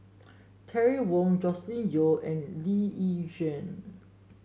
Terry Wong Joscelin Yeo and Lee Yi Shyan